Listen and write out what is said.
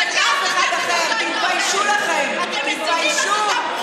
תתביישו לכם, תתביישו.